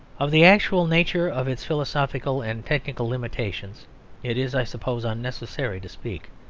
of the actual nature of its philosophical and technical limitations it is, i suppose, unnecessary to speak.